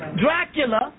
Dracula